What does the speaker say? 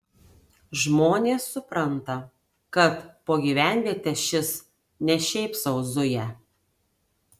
žmonės supranta kad po gyvenvietę šis ne šiaip sau zuja